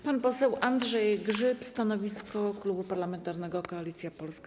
Pan poseł Andrzej Grzyb, stanowisko Klubu Parlamentarnego Koalicja Polska.